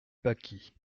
pâquis